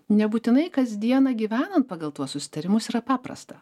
nebūtinai kasdieną gyvenant pagal tuos susitarimus yra paprasta